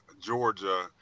Georgia